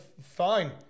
fine